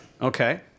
Okay